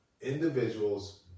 individuals